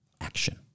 Action